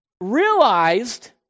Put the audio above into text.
realized